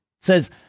says